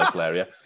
area